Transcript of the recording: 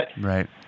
right